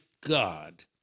God